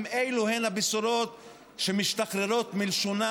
אם אלו הן הבשורות שמשתחררות מלשונה